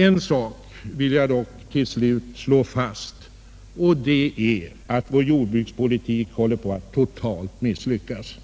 En sak vill jag dock till slut slå fast, och det är att vår jordbrukspolitik håller på att totalt misslyckas.